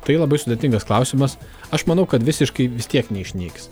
tai labai sudėtingas klausimas aš manau kad visiškai vis tiek neišnyks